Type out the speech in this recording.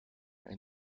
and